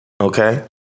Okay